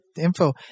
info